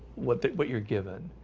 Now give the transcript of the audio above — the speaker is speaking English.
what what you're given?